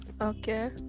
Okay